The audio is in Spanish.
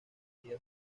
medida